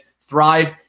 Thrive